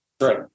Right